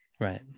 right